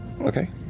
Okay